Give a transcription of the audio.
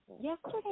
Yesterday